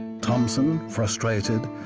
thompson, frustrated,